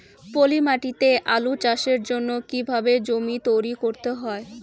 পলি মাটি তে আলু চাষের জন্যে কি কিভাবে জমি তৈরি করতে হয়?